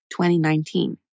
2019